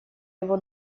его